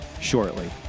shortly